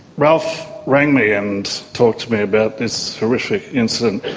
ralph rang me and talked to me about this horrific incident,